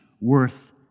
worth